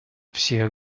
всех